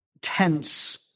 tense